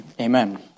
Amen